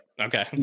Okay